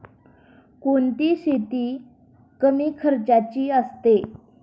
कोणती शेती कमी खर्चाची असते?